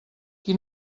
qui